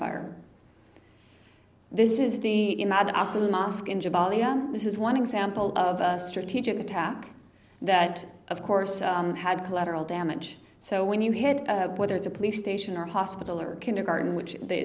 jabalya this is one example of a strategic attack that of course had collateral damage so when you hit whether it's a police station or hospital or kindergarten which the